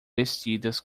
vestidas